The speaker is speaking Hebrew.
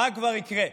מה כבר יקרה?